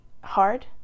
hard